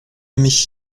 mich